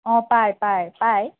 অঁ পায় পায় পায়